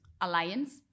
alliance